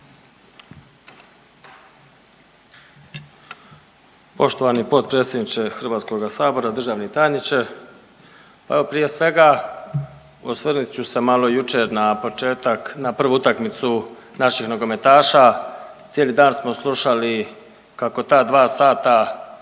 Poštovani potpredsjedniče Hrvatskoga sabora, državni tajniče, evo prije svega osvrnut ću se malo jučer na početak na prvu utakmicu naših nogometaša, cijeli dan smo slušali kako ta 2 sata